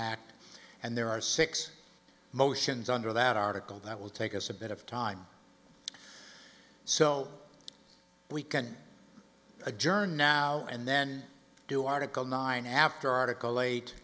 act and there are six motions under that article that will take us a bit of time so we can adjourn now and then do article nine after article